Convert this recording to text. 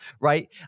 Right